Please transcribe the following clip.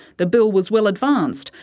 the bill was well advanced,